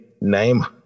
name